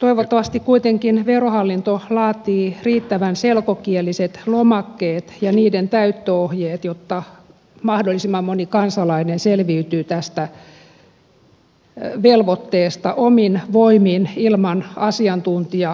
toivottavasti kuitenkin verohallinto laatii riittävän selkokieliset lomakkeet ja niiden täyttöohjeet jotta mahdollisimman moni kansalainen selviytyy tästä velvoitteesta omin voimin ilman asiantuntija apua